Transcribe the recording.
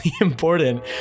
important